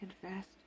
confessed